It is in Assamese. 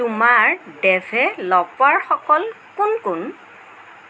তোমাৰ ডেভেল'পাৰ সকল কোন কোন